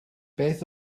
beth